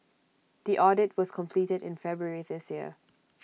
the audit was completed in February this year